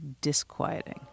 disquieting